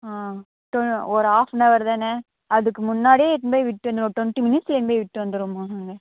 ஆ டு ஒரு half an hour தானே அதுக்கு முன்னாடியே இட்டுன்னு போய் விட்டுன்னு ஒரு டுவெண்ட்டி மினிட்ஸில் இட்டுன்னு போய் விட்டு வந்துடுவோம்மா நாங்கள்